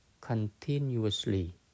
continuously